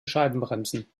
scheibenbremsen